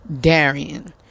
Darian